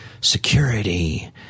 security